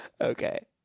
Okay